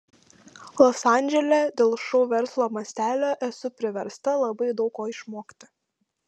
los andžele dėl šou verslo mastelio esu priversta labai daug ko išmokti